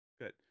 Good